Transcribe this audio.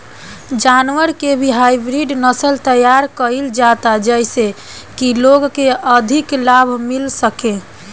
जानवर के भी हाईब्रिड नसल तैयार कईल जाता जेइसे की लोग के अधिका लाभ मिल सके